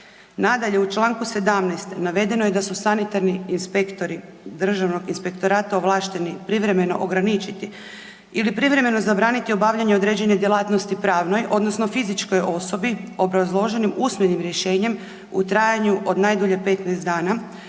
Nadalje, u Članku 17. navedeno je da su sanitarni inspektori Državnog inspektorata ovlašteni privremeno ograničiti ili privremeno zabraniti obavljanje određene djelatnosti pravnoj odnosno fizičkoj osobi obrazloženim usmenim rješenjem u trajanju od najdulje 15 dana,